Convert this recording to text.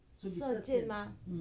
射箭吗